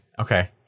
Okay